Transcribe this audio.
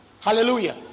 Hallelujah